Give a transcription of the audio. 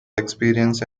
experience